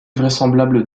vraisemblable